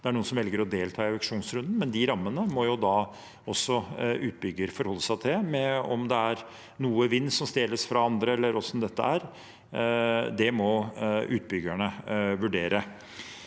det er noen som velger å delta i den. Men de rammene må også utbygger forholde seg til. Om det er noe vind som stjeles fra andre, eller hvordan dette er, må utbyggerne vurdere.